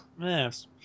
yes